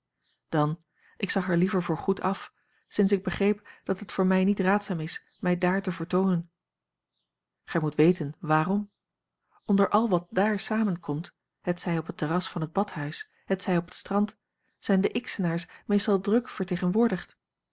dan ik zag er liever voor goed af sinds ik begreep dat het voor mij niet raadzaam is mij dààr te vertoonen gij moet weten wààrom onder al wat dààr samenkomt hetzij op het terras van het badhuis hetzij op het strand zijn de xenaars meestal druk vertegenwoordigd